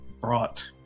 brought